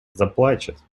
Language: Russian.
заплачет